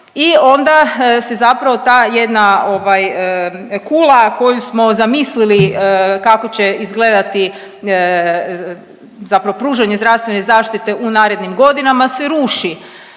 i onda se zapravo ta jedna kula koju smo zamislili kako će izgledati zapravo pružanje zdravstvene zaštite u narednim godinama se ruši.